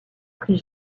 prit